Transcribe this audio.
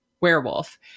werewolf